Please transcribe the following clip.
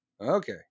Okay